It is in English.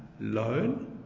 loan